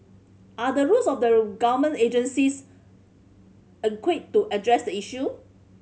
are the rules of the government agencies adequate to address the issue